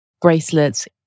bracelets